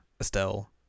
Estelle